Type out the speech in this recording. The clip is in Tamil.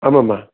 ஆமாம்மா